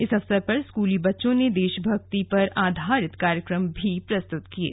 इस अवसर पर स्कूली बच्चों ने देश भक्ति पर आधारित कार्यक्रम भी प्रस्तुत किये